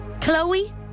Chloe